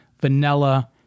vanilla